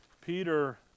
Peter